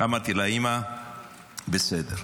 אמרתי לה: אימא, בסדר.